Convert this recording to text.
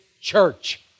church